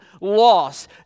loss